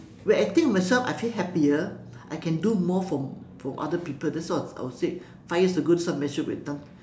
when I think of myself I feel happier I can do more for for other people that's what I would say five years ago this one message would be done